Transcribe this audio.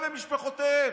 הם ומשפחותיהם.